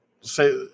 say